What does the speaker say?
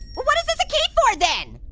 well what is this a key for, then?